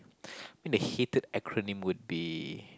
the hated acronym would be